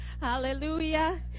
Hallelujah